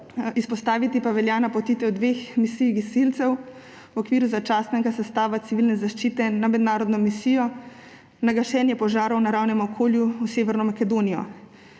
izpostaviti pa velja napotitev dveh misij gasilcev v okviru začasnega sestava civilne zaščite na mednarodno misijo, na gašenje požarov v naravnem okolju v Severno Makedonijo.